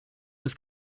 ist